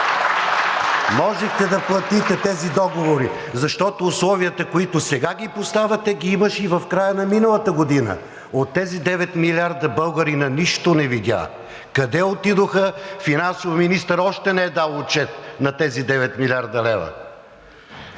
Можехте да платите тези договори, защото условията, които сега поставяте, ги имаше и в края на миналата година. От тези девет милиарда българинът нищо не видя. Къде отидоха? Финансовият министър още не е дал отчет на тези 9 млрд. лв.